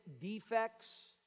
defects